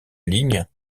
ligne